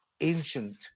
ancient